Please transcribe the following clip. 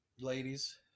ladies